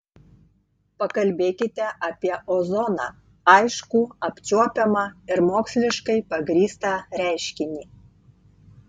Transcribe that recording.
pakalbėkite apie ozoną aiškų apčiuopiamą ir moksliškai pagrįstą reiškinį